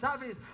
service